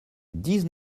dix